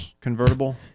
Convertible